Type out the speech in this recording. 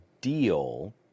deal